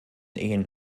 ehen